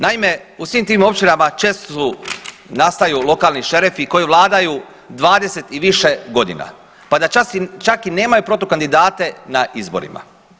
Naime, u svim tim općinama često nastaju lokalni šerifi koji vladaju 20 i više godina, pa da čak i nemaju protukandidate na izborima.